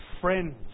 friends